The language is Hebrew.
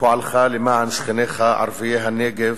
פועלך למען שכניך, ערביי הנגב,